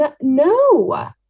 no